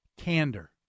candor